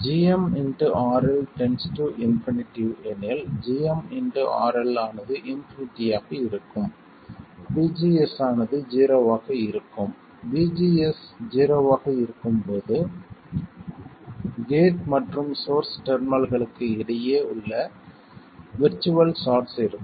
gm RL ∞ எனில் gmRL ஆனது இன்பினிட்டியாக இருக்கும் VGS ஆனது ஜீரோவாக இருக்கும் VGS ஜீரோவாக இருக்கும் போது கேட் மற்றும் சோர்ஸ் டெர்மினல்களுக்கு இடையே உள்ள விர்ச்சுவல் ஷார்ட்ஸ் இருக்கும்